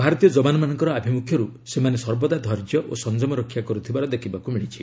ଭାରତୀୟ ଯବାନମାନଙ୍କର ଆଭିମୁଖ୍ୟରୁ ସେମାନେ ସର୍ବଦା ଧୈର୍ଯ୍ୟ ଓ ସଂଯମ ରକ୍ଷା କରୁଥିବାର ଦେଖିବାକୁ ମିଳିଛି